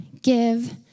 give